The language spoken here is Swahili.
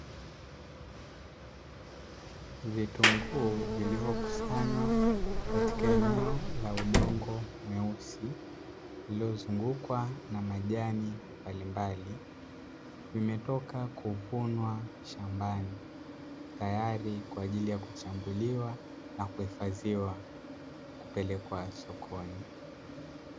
Vitunguu vilivyokusanywa katika eneo la udongo mweusi lililozungukwa na majani mbalimbali, vimetoka kuvunwa shambani tayari kwa ajili ya kuchambuliwa na kuhifadhiwa kupelekwa sokoni.